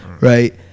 Right